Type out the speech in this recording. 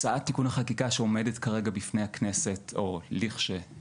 הצעת תיקון החקיקה שעומדת כרגע בפני הכנסת או לכשתעמוד